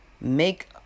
make